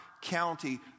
county